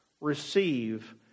receive